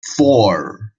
four